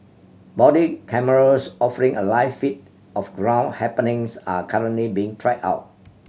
body cameras offering a live feed of ground happenings are currently being tried out